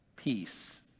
Peace